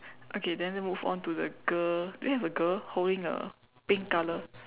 okay then let's move on to the girl do you have a girl holding a pink colour